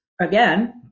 again